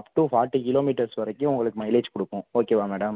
up to forty kilometres வரைக்கும் உங்களுக்கு mileage கொடுக்கும் ஓகேவா மேடம்